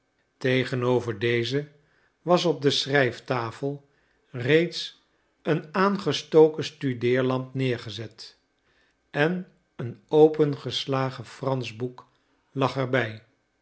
tegenover dezen was op de schrijftafel reeds een aangestoken studeerlamp neergezet en een opengeslagen fransch boek lag er